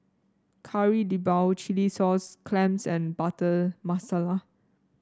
Kari Debal Chilli Sauce Clams and Butter Masala